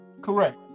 Correct